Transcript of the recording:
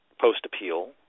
post-appeal